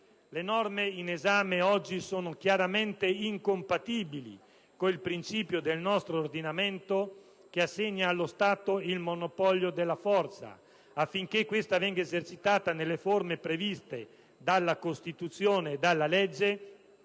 Le norme oggi in esame sono chiaramente incompatibili con il principio del nostro ordinamento che assegna allo Stato il monopolio della forza, affinché questa venga esercitata nelle forme previste dalla Costituzione e dalla legge,